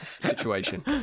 situation